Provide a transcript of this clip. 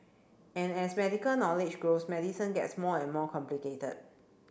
and as medical knowledge grows medicine gets more and more complicated